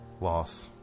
loss